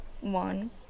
one